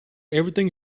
everything